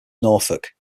norfolk